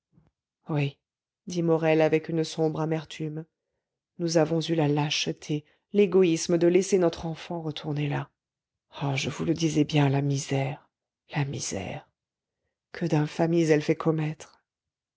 oui dit morel avec une sombre amertume nous avons eu la lâcheté l'égoïsme de laisser notre enfant retourner là oh je vous le disais bien la misère la misère que d'infamies elle fait commettre